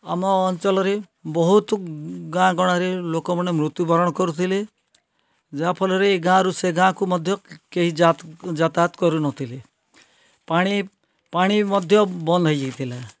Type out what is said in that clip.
ଆମ ଅଞ୍ଚଲରେ ବହୁତ ଗାଁ ଗଣ୍ଡାରେ ଲୋକମାନେ ମୃତ୍ୟୁବରଣ କରୁଥିଲେ ଯାହାଫଲରେ ଏଗାଁରୁ ସେ ଗାଁକୁ ମଧ୍ୟ କେହି ଯାତାୟତ କରୁନଥିଲେ ପାଣି ପାଣି ମଧ୍ୟ ବନ୍ଦ ହୋଇଯାଇଥିଲା